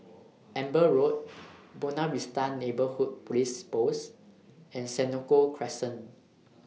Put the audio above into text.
Amber Road Buona Vista Neighbourhood Police Post and Senoko Crescent